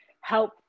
help